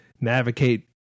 navigate